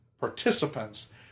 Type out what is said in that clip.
participants